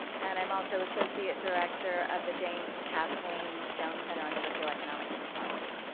and i'm also associate director of the james and cathleen stone center on socioeconomic inequality.